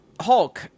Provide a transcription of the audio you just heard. hulk